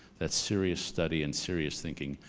that serious study and serious thinking,